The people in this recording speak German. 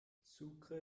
sucre